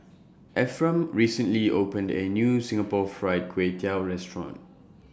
Ephram recently opened A New Singapore Fried Kway Tiao Restaurant